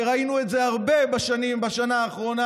וראינו את זה הרבה בשנה האחרונה,